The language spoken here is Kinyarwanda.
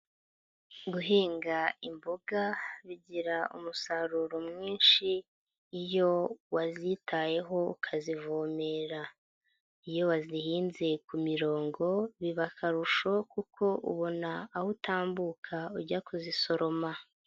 Guhinga imboga bigira umusaruro mwinshi, iyo wazitayeho ukazivomera. Iyo wazihinze ku mirongo biba akarusho kuko ubona aho utambuka, ujya kuzisoroma.